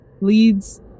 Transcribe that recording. leads